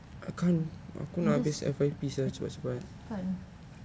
it just kan